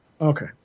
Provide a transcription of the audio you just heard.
Okay